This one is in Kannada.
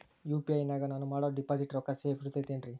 ಯು.ಪಿ.ಐ ನಾಗ ನಾನು ಮಾಡೋ ಡಿಪಾಸಿಟ್ ರೊಕ್ಕ ಸೇಫ್ ಇರುತೈತೇನ್ರಿ?